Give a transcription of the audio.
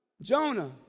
Jonah